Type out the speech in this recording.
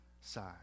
side